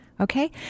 Okay